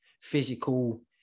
physical